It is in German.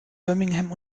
birmingham